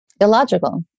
Illogical